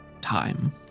time